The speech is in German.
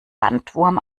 bandwurm